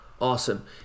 Awesome